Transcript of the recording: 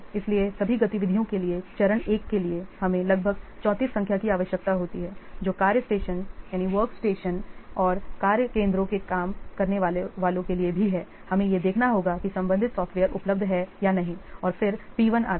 इसलिए सभी गतिविधियों के लिए चरण एक के लिए हमें लगभग 34 संख्या की आवश्यकता होती है जो वर्क स्टेशनऔर कार्य केंद्रों के काम करने वालों के लिए भी है हमें यह देखना होगा कि संबंधित सॉफ्टवेअर उपलब्ध हैं या नहीं और फिर P1 आता है